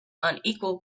unequal